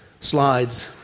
slides